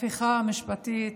הפיכה משפטית,